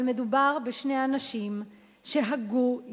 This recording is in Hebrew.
אבל מדובר בשני אנשים שהגו,